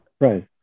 Right